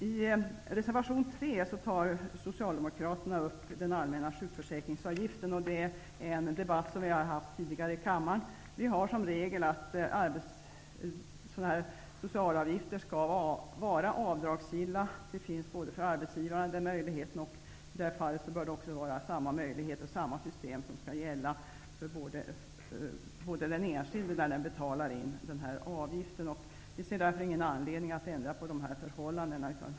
I reservation 3 tar Socialdemokraterna upp den allmänna sjukförsäkringsavgiften, och det är en debatt vi har haft tidigare i kammaren. Vi har som regel att sådana sociala avgifter skall vara avdragsgilla. Arbetsgivarna har den möjligheten, och samma system bör gälla för enskilda som betalar den här avgiften. Vi ser ingen anledning att ändra på de förhållandena.